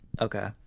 Okay